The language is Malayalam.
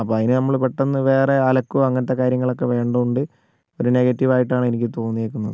അപ്പോൾ അതിന് നമ്മൾ പെട്ടന്ന് വേറെ അലക്കുക അങ്ങനത്തെ കാര്യങ്ങൾ ഒക്കെ വേണ്ടതുകൊണ്ട് ഒരു നെഗറ്റീവ് ആയിട്ടാണ് എനിക്ക് തോന്നിയേക്കുന്നത്